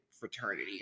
fraternity